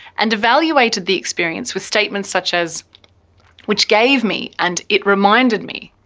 and evaluated the experience with statements such as which gave me and it reminded me.